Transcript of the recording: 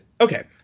okay